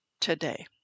today